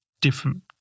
different